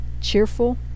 cheerful